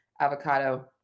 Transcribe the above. avocado